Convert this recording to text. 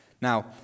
Now